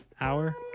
hour